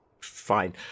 fine